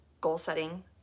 goal-setting